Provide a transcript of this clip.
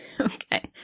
Okay